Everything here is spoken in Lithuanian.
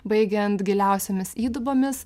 baigiant giliausiomis įdubomis